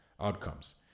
outcomes